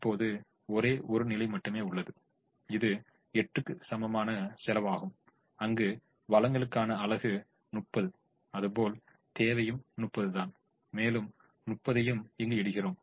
இப்போது ஒரே ஒரு நிலை மட்டுமே உள்ளது இது 8 க்கு சமமான செலவாகும் அங்கு வழங்கலுக்கான அலகு 30 அதுபோல் தேவையும் 30 தான் மேலும் 30 ஐயும் இங்கு இடுகிறோம்